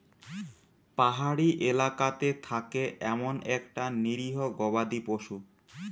পাহাড়ি এলাকাতে থাকে এমন একটা নিরীহ গবাদি পশু